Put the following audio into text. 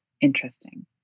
interesting